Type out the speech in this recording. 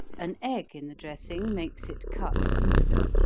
an egg in the dressing, makes it cut smoother.